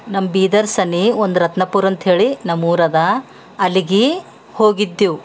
ನಮ್ಮ ಬೀದರ್ಸಲ್ಲಿ ಒಂದು ರತ್ನಪುರ ಅಂತೇಳಿ ನಮ್ಮೂರದ ಅಲ್ಲಿಗೆ ಹೋಗಿದ್ದೆವು